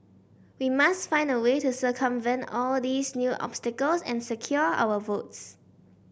we must find a way to circumvent all these new obstacles and secure our votes